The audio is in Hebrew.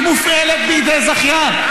היא מופעלת בידי זכיין,